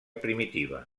primitiva